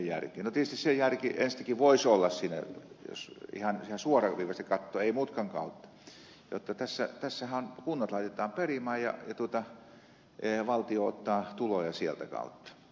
no tietysti se järki enstäinkin voisi olla siinä jos ihan suoraviivaisesti katsoo ei mutkan kautta jotta tässähän kunnat laitetaan perimään ja valtio ottaa tuloja sieltä kautta